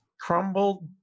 crumbled